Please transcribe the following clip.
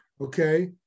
Okay